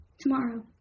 Tomorrow